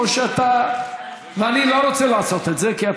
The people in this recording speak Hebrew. אל תפריע לו.